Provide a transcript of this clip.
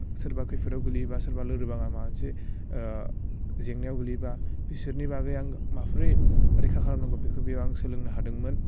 सोरबा खैफोदाव गोलैयोबा सोरबा लोरबाङा माबा मोनसे जेंनायाव गोलैबा बिसोरनि बागै आं माबोरै रैखा खालामनांगौ बेखौ बियाव आं सोलोंनो हादोंमोन